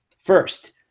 First